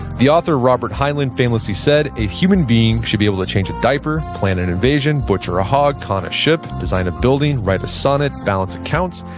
the author robert heinlein famously said, a human being should be able to change a diaper, plan an invasion, butcher a hog, conn a ship, design a building, write a sonnet, balance accounts,